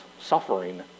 suffering